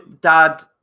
dad